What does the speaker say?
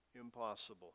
impossible